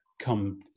come